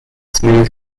smooth